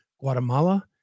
Guatemala